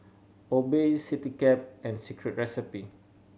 Obey Citycab and Secret Recipe